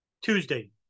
Tuesday